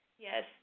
Yes